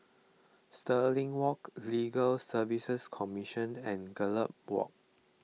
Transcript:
Stirling Walk Legal Service Commission and Gallop Walk